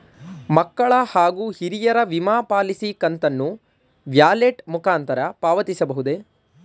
ಮಕ್ಕಳ ಹಾಗೂ ಹಿರಿಯರ ವಿಮಾ ಪಾಲಿಸಿ ಕಂತನ್ನು ವ್ಯಾಲೆಟ್ ಮುಖಾಂತರ ಪಾವತಿಸಬಹುದೇ?